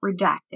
redacted